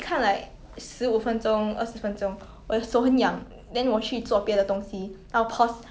um